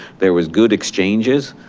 there was good exchanges.